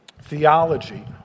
theology